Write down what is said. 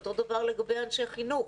ואותו דבר לגבי אנשי חינוך.